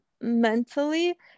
mentally